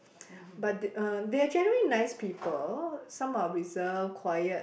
but uh they are generally nice people some are reserved quiet